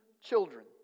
children